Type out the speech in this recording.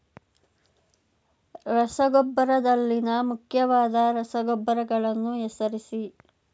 ರಸಗೊಬ್ಬರದಲ್ಲಿನ ಮುಖ್ಯವಾದ ರಸಗೊಬ್ಬರಗಳನ್ನು ಹೆಸರಿಸಿ?